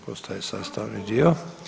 Postaje sastavni dio.